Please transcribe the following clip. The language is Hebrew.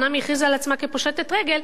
אומנם היא הכריזה על עצמה כפושטת רגל,